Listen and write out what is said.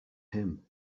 him